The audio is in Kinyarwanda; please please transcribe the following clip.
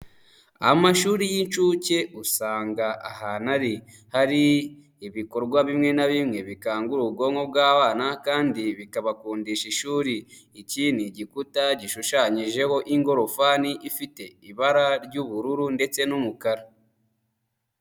Amashuri y'incuke usanga ahantu hari ibikorwa bimwe na bimwe bikangura ubwonko bw'abana kandi bikabakundisha ishuri, iki ni igikuta gishushanyijeho ingorofani ifite ibara ry'ubururu ndetse n'umukara.